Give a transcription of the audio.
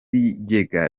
bigega